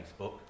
Facebook